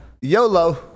yolo